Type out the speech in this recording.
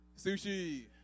Sushi